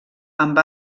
amb